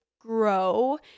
grow